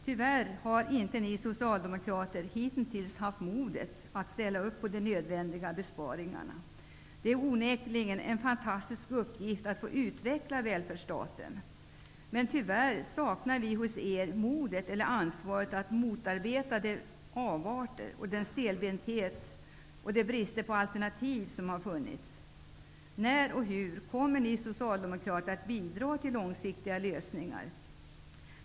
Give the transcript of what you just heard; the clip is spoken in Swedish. Tyvärr har ni socialdemokrater hittills inte haft modet att ställa upp på de nödvändiga besparingarna. Det är onekligen en fantastisk uppgift att få utveckla välfärdsstaten. Men tyvärr saknar vi hos er modet, ansvaret, att motarbeta avarterna, stelbentheten och bristen på alternativ. När och hur kommer ni socialdemokrater att bidra till långsiktiga lösningar?